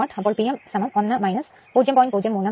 അപ്പോൾ P m1 0